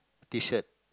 t-shirt